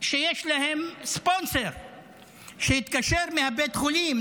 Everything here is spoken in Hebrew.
שיש להם ספונסר שהתקשר מהבית חולים,